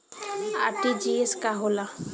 RTGS का होला?